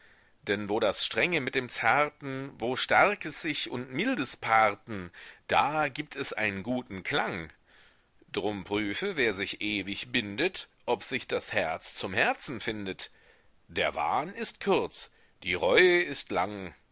denn wo das strenge mit dem zarten wo starkes sich und mildes paarten da gibt es einen guten klang drum prüfe wer sich ewig bindet ob sich das herz zum herzen findet der wahn ist kurz die reu ist lang